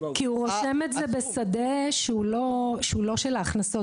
כי הוא רושם את זה בשדה שהוא לא של ההכנסות.